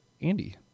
Andy